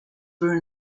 were